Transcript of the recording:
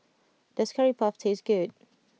does Curry Puff taste good